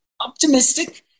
optimistic